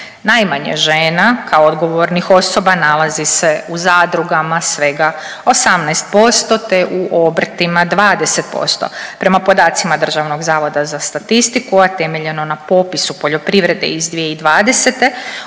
Najmanje žena kao odgovornih osoba nalazi se u zadrugama svega 18% te u obrtima 20%. Prema podacima Državnog zavoda za statistiku, a temeljeno na popisu poljoprivrede iz 2020.